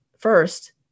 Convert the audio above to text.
first